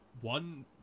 one